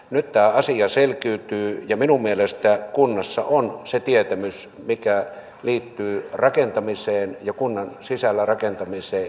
nyt tämä asia selkiytyy ja minun mielestäni kunnassa on se tietämys mikä liittyy rakentamiseen ja kunnan sisällä rakentamiseen